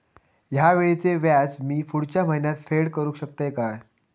हया वेळीचे व्याज मी पुढच्या महिन्यात फेड करू शकतय काय?